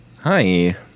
Hi